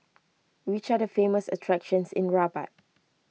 which are the famous attractions in Rabat